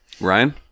Ryan